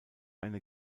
eine